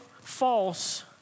false